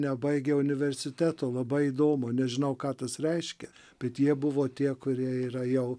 nebaigę universiteto labai įdomu nežinau ką tas reiškia bet jie buvo tie kurie yra jau